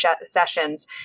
sessions